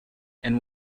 and